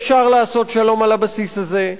אפשר לעשות שלום על הבסיס הזה,